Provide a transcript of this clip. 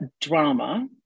drama